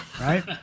right